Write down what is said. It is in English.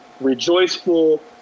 rejoiceful